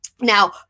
Now